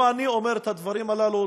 לא אני אומר את הדברים הללו,